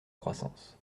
croissance